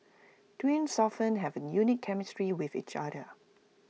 twins often have A unique chemistry with each other